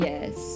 Yes